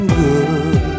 good